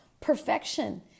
Perfection